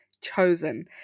chosen